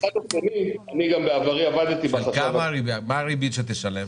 מה הריבית שתשלם?